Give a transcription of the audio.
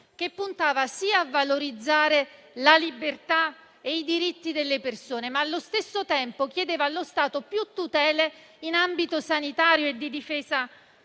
che puntava a valorizzare la libertà e i diritti delle persone, ma chiedendo allo stesso tempo allo Stato più tutele in ambito sanitario e di difesa